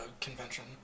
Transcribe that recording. convention